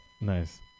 Nice